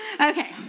Okay